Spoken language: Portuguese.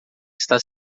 está